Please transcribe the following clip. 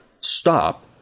stop